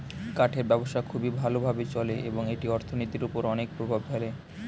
কাঠের ব্যবসা খুবই ভালো ভাবে চলে এবং এটি অর্থনীতির উপর অনেক প্রভাব ফেলে